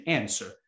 answer